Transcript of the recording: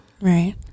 Right